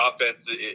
offense